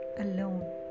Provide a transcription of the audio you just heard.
alone